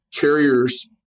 carriers